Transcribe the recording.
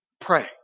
pray